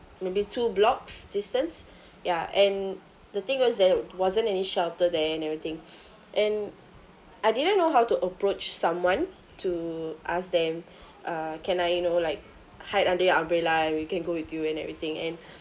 maybe two blocks distance ya and the thing was there wasn't any shelter there and everything and I didn't know how to approach someone to ask them uh can I you know like hide under your umbrella we can go with you and everything and